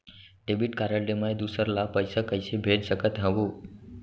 Debit card ले मैं दूसर ला पइसा कइसे भेज सकत हओं?